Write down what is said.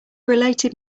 related